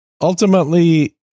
Ultimately